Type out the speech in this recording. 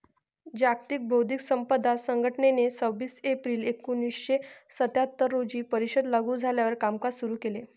जागतिक बौद्धिक संपदा संघटनेने सव्वीस एप्रिल एकोणीसशे सत्याहत्तर रोजी परिषद लागू झाल्यावर कामकाज सुरू केले